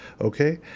Okay